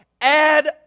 Add